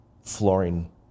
flooring